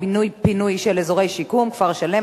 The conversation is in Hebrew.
בינוי ופינוי של אזורי שיקום (כפר-שלם),